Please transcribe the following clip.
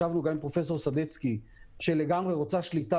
ישבנו גם עם פרופסור סדצקי שלגמרי רוצה שליטה